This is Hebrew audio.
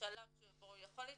לשלב שבו הוא יכול להתקדם.